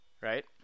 right